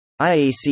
IAC